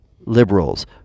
liberals